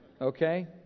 Okay